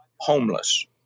homeless